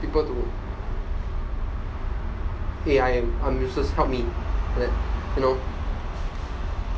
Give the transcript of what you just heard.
people to eh I'm useless help me you know